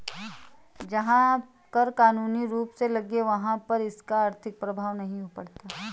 जहां कर कानूनी रूप से लगे वहाँ पर इसका आर्थिक प्रभाव नहीं पड़ता